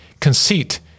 conceit